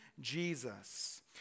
Jesus